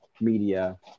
media